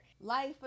life